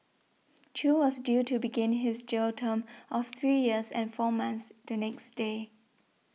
chew was due to begin his jail term of three years and four months the next day